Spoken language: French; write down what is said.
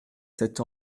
cette